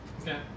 Okay